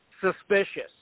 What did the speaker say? suspicious